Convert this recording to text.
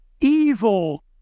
evil